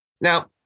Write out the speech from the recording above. Now